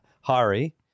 Hari